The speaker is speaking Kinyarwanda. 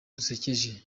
dusekeje